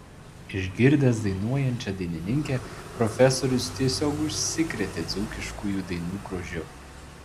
išgirdęs dainuojančią dainininkę profesorius tiesiog užsikrėtė dzūkiškųjų dainų grožiu